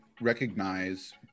recognize